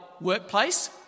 workplace